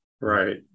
Right